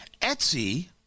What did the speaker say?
Etsy